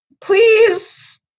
please